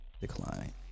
Decline